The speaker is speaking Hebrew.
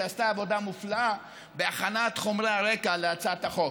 שעשתה עבודה מופלאה בהכנת חומרי הרקע להצעת החוק.